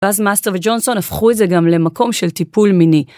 ואז מאסטר וג'ונסון הפכו את זה גם למקום של טיפול מיני.